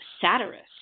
satirist